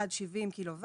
עד 70 קילו-וואט,